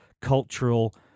cultural